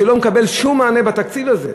שלא מקבל שום מענה בתקציב הזה,